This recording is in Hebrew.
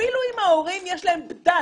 אפילו אם להורים יש בדל